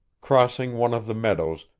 crossing one of the meadows,